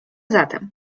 zatem